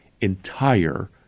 entire